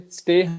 stay